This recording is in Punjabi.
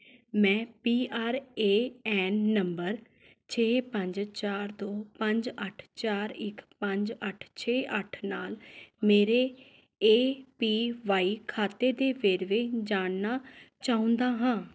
ਮੈਂ P R A N number ਛੇ ਪੰਜ ਚਾਰ ਦੋ ਪੰਜ ਅੱਠ ਚਾਰ ਇੱਕ ਪੰਜ ਅੱਠ ਛੇ ਅੱਠ ਨਾਲ ਮੇਰੇ ਏ ਪੀ ਵਾਈ ਖਾਤੇ ਦੇ ਵੇਰਵੇ ਜਾਣਨਾ ਚਾਹੁੰਦਾ ਹਾਂ